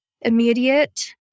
immediate